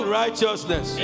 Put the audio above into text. righteousness